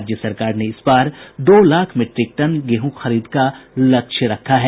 राज्य सरकार ने इस बार दो लाख मीट्रिक टन गेहूं खरीद का लक्ष्य रखा है